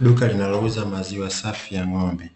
Duka linalouza maziwa safi ya ng'ombe